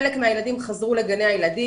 חלק מהילדים חזרו לגני הילדים,